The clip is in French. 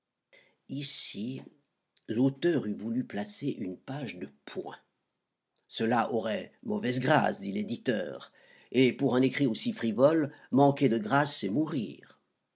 ici l'auteur eût voulu placer une page de points cela aura mauvaise grâce dit l'éditeur et pour un écrit aussi frivole manquer de grâce c'est mourir